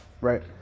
right